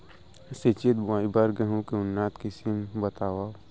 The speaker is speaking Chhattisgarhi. सिंचित बोआई बर गेहूँ के उन्नत किसिम बतावव?